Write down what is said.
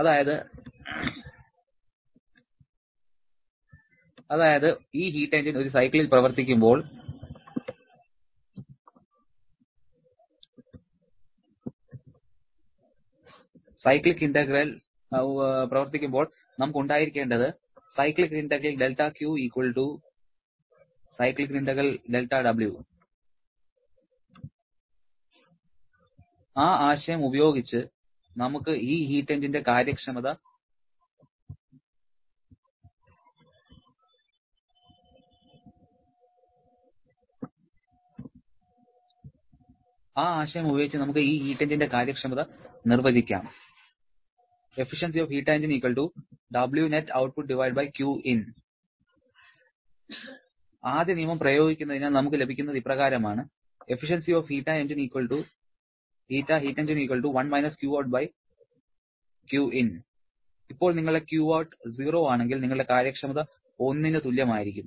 അതായത് ഈ heat engine ഒരു സൈക്കിളിൽ പ്രവർത്തിക്കുമ്പോൾ നമുക്ക് ഉണ്ടായിരിക്കേണ്ടത് ആ ആശയം ഉപയോഗിച്ച് നമുക്ക് ഈ ഹീറ്റ് എഞ്ചിന്റെ കാര്യക്ഷമത നിർവചിക്കാം ആദ്യ നിയമം പ്രയോഗിക്കുന്നതിനാൽ നമുക്ക് ലഭിക്കുന്നത് ഇപ്രകാരമാണ് ഇപ്പോൾ നിങ്ങളുടെ Qout 0 ആണെങ്കിൽ നിങ്ങളുടെ കാര്യക്ഷമത 1 ന് തുല്യമായിരിക്കും